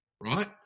right